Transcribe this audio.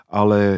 ale